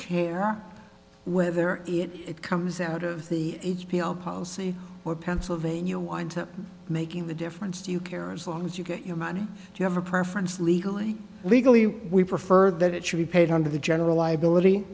care whether it comes out of the h b o policy or pennsylvania wind making the difference to you care as long as you get your money you have a preference legally legally we prefer that it should be paid under the general liability